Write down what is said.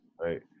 Right